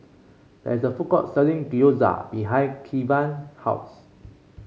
there is a food court selling Gyoza behind Kevan house